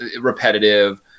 repetitive